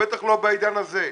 בטח לא בעידן הזה.